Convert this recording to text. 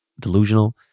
delusional